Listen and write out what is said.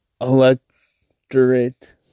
electorate